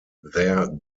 their